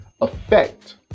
effect